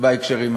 בהקשרים האלה.